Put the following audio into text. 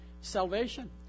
salvation